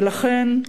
ולכן,